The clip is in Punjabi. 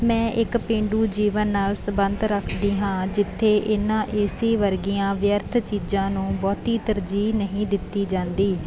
ਮੈਂ ਇੱਕ ਪੇਂਡੂ ਜੀਵਨ ਨਾਲ ਸਬੰਧ ਰੱਖਦੀ ਹਾਂ ਜਿੱਥੇ ਇਹਨਾਂ ਏ ਸੀ ਵਰਗੀਆਂ ਵਿਅਰਥ ਚੀਜ਼ਾਂ ਨੂੰ ਬਹੁਤੀ ਤਰਜੀਹ ਨਹੀਂ ਦਿੱਤੀ ਜਾਂਦੀ